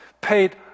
paid